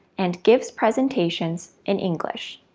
and gives presentations in english.